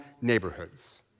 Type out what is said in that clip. neighborhoods